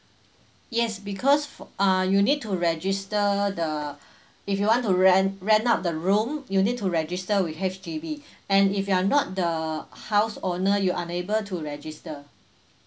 yes because fo~ err you need to register the if you want to rent rent out the room you need to register with H_D_B and if you are not the house owner you unable to register